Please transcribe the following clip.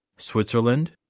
Switzerland